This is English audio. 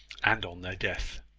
and on their death.